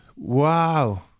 Wow